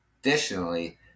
Additionally